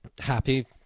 Happy